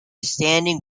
standing